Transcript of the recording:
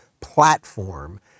platform